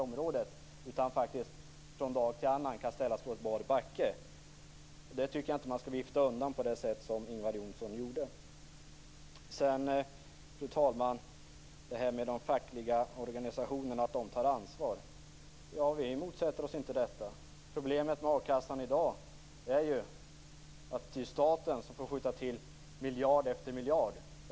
Faktiskt kan man från dag till annan ställas på bar backe. Det tycker jag inte att man skall vifta undan på det sätt som Ingvar Johnsson gjorde. Fru talman! Ingvar Johnsson nämnde att de fackliga organisationerna tar ansvar. Vi motsätter oss inte detta. Problemet med a-kassan i dag är ju att det är staten som får skjuta till miljard efter miljard.